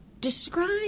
Describe